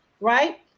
right